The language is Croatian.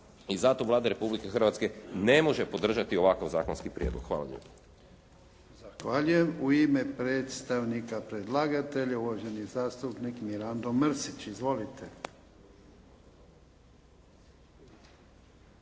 i zato Vlada Republike Hrvatske ne može podržati ovakav zakonski prijedlog. Hvala lijepo.